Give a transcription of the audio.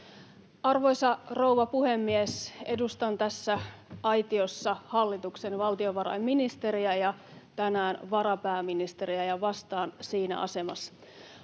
Arvoisa rouva puhemies! Edustan tässä aitiossa hallituksen valtiovarainministeriä ja tänään varapääministeriä ja vastaan siinä asemassa.